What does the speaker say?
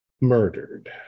murdered